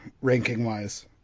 ranking-wise